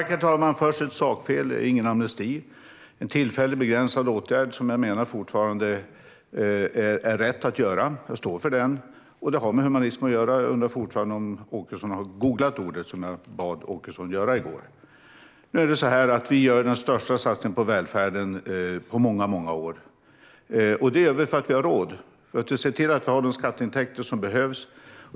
Herr talman! Först ett sakfel: Det är ingen amnesti. Det är en tillfällig begränsad åtgärd som jag menar fortfarande är rätt att göra. Jag står för den. Det har med humanism att göra. Jag undrar fortfarande om Åkesson har googlat ordet, som jag bad Åkesson göra i går. Vi gör den största satsningen på välfärden på många år. Det gör vi för att vi har råd. Vi ser till att vi har de skatteintäkter som behövs.